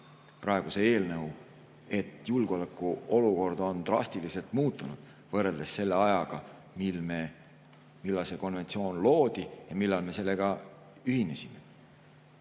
praeguse eelnõu, et julgeolekuolukord on drastiliselt muutunud võrreldes selle ajaga, millal see konventsioon loodi ja millal me sellega ühinesime.